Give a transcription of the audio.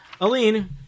Aline